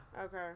Okay